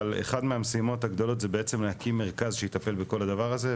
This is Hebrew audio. אבל אחת מהמשימות הגדולות היא בעצם להקים מרכז שיטפל בכל הדבר הזה,